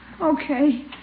Okay